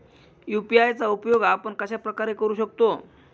UPI चा उपयोग आपण कशाप्रकारे करु शकतो?